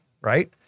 right